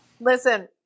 Listen